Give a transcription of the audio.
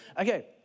Okay